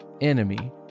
enemy